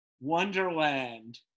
Wonderland